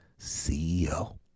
CEO